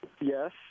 Yes